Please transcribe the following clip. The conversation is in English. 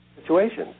situations